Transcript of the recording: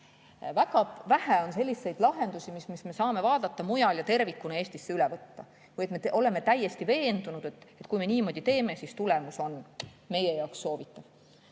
Väga vähe on selliseid lahendusi, mida me saame mujal vaadata ja tervikuna Eestisse üle võtta, olles täiesti veendunud, et kui me niimoodi teeme, siis tulemus on meie jaoks soovitav.